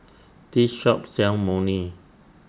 This Shop sells Imoni